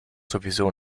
sowieso